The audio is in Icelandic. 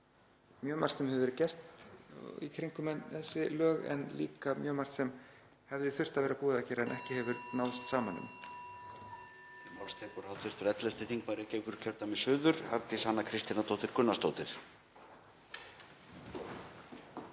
mjög margt sem hefur verið gert í kringum þessi lög en líka mjög margt sem hefði þurft að vera búið að gera en ekki hefur náðst saman um.